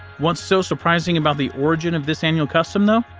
what's so surprising about the origin of this annual custom, though?